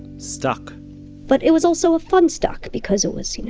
stuck but it was also a fun stuck because it was, you know,